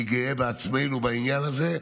אני גאה בעצמנו בעניין הזה,